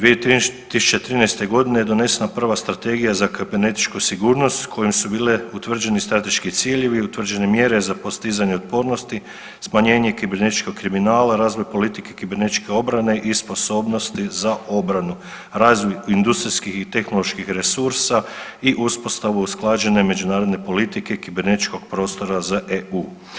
2013. godine je donesena prva Strategija za kibernetičku sigurnost kojom su bili utvrđeni strateški ciljevi i utvrđene mjere za postizanje otpornosti, smanjenje kibernetičkog kriminala, razvoj politike kibernetičke obrane i sposobnosti za obranu, razvoju industrijskih i tehnoloških resursa i uspostavu usklađene međunarodne politike kibernetičkog prostora za EU.